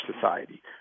society